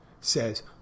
says